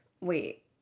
Wait